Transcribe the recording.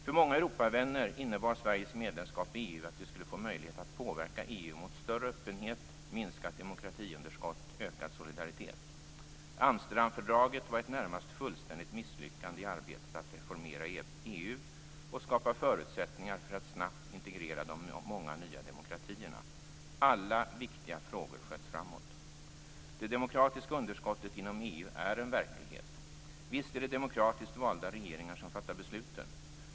För många Europavänner innebar Sveriges medlemskap i EU att vi skulle få möjlighet att påverka EU mot större öppenhet, minskat demokratiunderskott och ökad solidaritet. Amsterdamfördraget var ett närmast fullständigt misslyckande i arbetet att reformera EU och skapa förutsättningar för att snabbt integrera de många nya demokratierna. Alla viktiga frågor sköts framåt. Det demokratiska underskottet inom EU är en verklighet. Visst är det demokratiskt valda regeringar som fattar besluten.